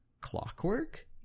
clockwork